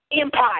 Empire